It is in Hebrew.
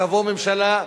תבוא ממשלה,